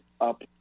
up